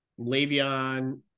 Le'Veon